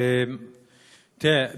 תראה,